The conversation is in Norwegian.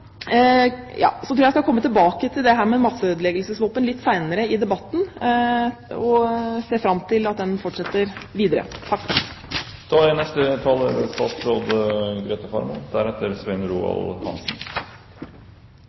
tror jeg skal komme tilbake til dette med masseødeleggelsesvåpen litt senere i debatten og ser fram til at den fortsetter videre.